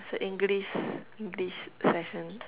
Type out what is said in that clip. it's a English English session